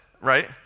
right